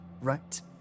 right